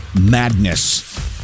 madness